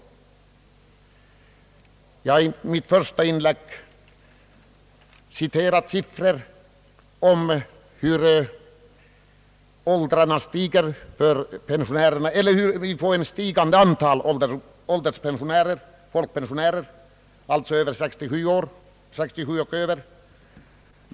Jag har i mitt första inlägg citerat siffror som visar hur antalet folkpensionärer från 67 år och uppåt stiger.